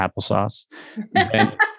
applesauce